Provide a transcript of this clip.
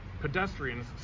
pedestrians